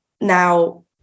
Now